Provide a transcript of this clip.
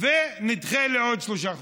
ונדחה בעוד שלושה חודשים.